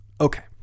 Okay